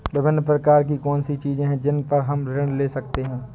विभिन्न प्रकार की कौन सी चीजें हैं जिन पर हम ऋण ले सकते हैं?